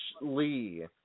lee